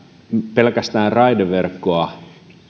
pelkästään raideverkkoa